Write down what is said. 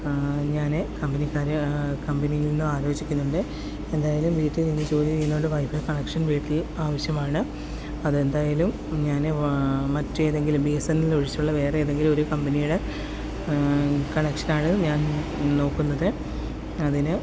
ഞാൻ കമ്പനിയിൽനിന്ന് ആലോചിക്കുന്നുണ്ട് എന്തായാലും വീട്ടിൽ നിന്ന് ജോലി ചെയ്യുന്നതുകൊണ്ട് വൈഫൈ കണക്ഷൻ വീട്ടിൽ ആവശ്യമാണ് അത് എന്തായാലും ഞാൻ മറ്റ് ഏതെങ്കിലും ബി എസ് എൻ എൽൻ്റെ ഒഴിച്ചുള്ള വേറെ ഏതെങ്കിലും ഒരു കമ്പനിയുടെ കണക്ഷൻ ആണ് ഞാൻ നോക്കുന്നത് അതിന്